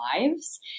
lives